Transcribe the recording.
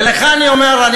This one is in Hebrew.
ולך אני אומר, תודה.